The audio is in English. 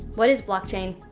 what is blockchain?